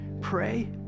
pray